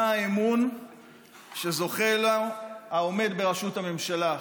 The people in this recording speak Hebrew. מה האמון שזוכה לו העומד בראשות הממשלה.